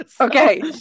Okay